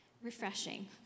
refreshing